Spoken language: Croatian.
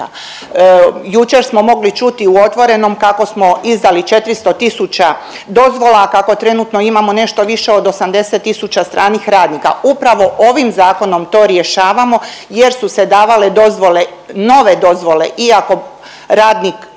Jučer smo mogli čuti u „Otvorenom“ kako smo izdali 400 tisuća dozvola, kako trenutno imamo nešto više od 80 tisuća stranih radnika. Upravo ovim zakonom to rješavamo jer su se davale dozvole, nove dozvole iako radnik